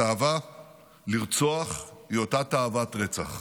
התאווה לרצוח היא אותה תאוות רצח.